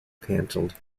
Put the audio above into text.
canceled